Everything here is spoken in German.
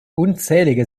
unzählige